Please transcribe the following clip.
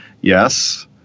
Yes